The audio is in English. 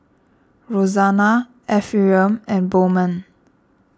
Roxana Ephriam and Bowman